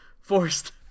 Forced